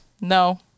no